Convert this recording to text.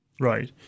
Right